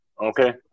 okay